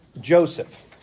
Joseph